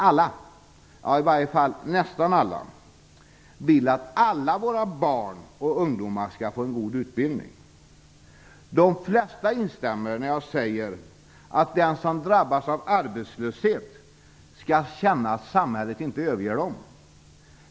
Alla, i varje fall nästan alla, vill att alla våra barn och ungdomar skall få en god utbildning. De flesta instämmer när jag säger att de som drabbas av arbetslöshet skall känna att samhället inte överger dem.